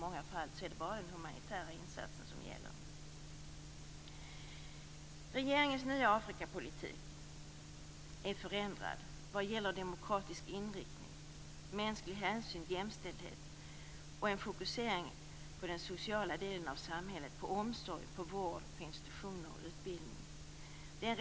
I många fall är det bara en humanitär insats som gäller. Regeringens nya Afrikapolitik är förändrad vad gäller demokratisk inriktning, mänsklig hänsyn, jämställdhet och en fokusering på den sociala delen av samhället, på omsorg, på vård, på institutioner och på utbildning.